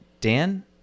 Dan